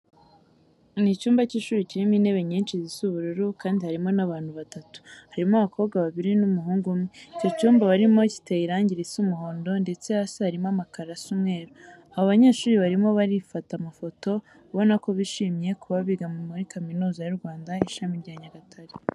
Ni icyumba cy'ishuri kirimo intebe nyinshi zisa ubururu kandi harimo n'abantu batatu, harimo abakobwa babiri n'umuhungu umwe. Icyo cyumba barimo giteye irange risa umuhondo ndetse hasi harimo amakaro asa umweru. Abo banyeshuri barimo barifata amafoto ubona ko bishimiye kuba biga muri Kaminuza y'u Rwanda Ishami rya Nyagatare.